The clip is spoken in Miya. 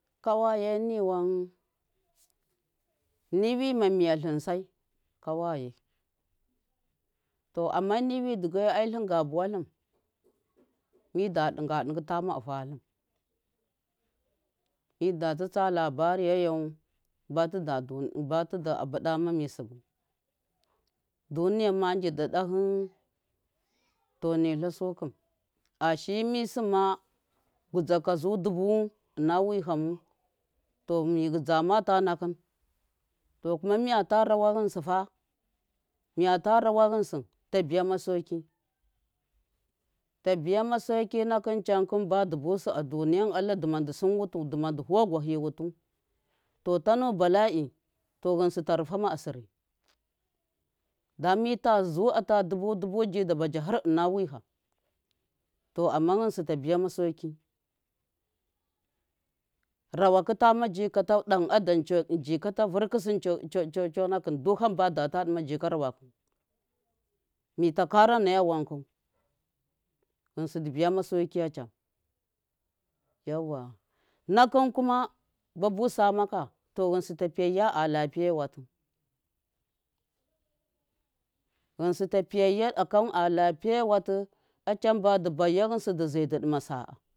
Kawaye niwan niwi a mamiya tlɨnsai kawaye to ami niwi digeyi tlɨnga buwatlɨn mida ɗinga ɗingɨ tama ɨna tlin mida tsɨtsaya labarɨyayo ba tɨda bɨɗama mi sɨbɨ, duniya ma njɨdɨ ɗahɨ to ne tlasukɨn ashiyi mi sɨmma gudzaka zu dubuwu ɨna wihamu to mi dzɨgama ta nakɨn to kuma miyata rawa ghɨnsɨ fa ta biyama sauki tabiyama sauki nakɨn can kɨn badu busu a duniya allah dɨma ndɨ sɨn wutu dɨma ndɨ vuwagwahɨ wutu to tanu balai to ghɨnsɨ ta rɨfama asiri dam mi ta zu ata du- bu du- bu ji dabaja har ɨna wɨham to aman ghɨnsɨ ta biyama sauki rawakɨ tamajika ta ɗan adam ta vɨrkɨsɨn co- co- conakɨn du hamba data ɗɨma ji rawakɨ mita kara naya wankau, ghɨnsɨ dɨ biyama saukiya can yauwa nakɨn kuma ba busa makka to ghɨnisɨ ta piyeya kan a lapiye watɨ, dɨ ze acan badɨ baiya ghɨnsɨ dɨ ze dɨ ɗima sa a.